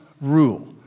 rule